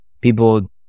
People